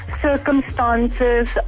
circumstances